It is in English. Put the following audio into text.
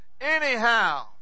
Anyhow